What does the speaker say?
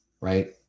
right